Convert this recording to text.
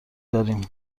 داریم